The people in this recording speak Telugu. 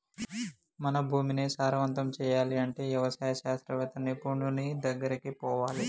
మన భూమిని సారవంతం చేయాలి అంటే వ్యవసాయ శాస్త్ర నిపుణుడి దెగ్గరికి పోవాలి